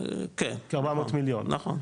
נכון.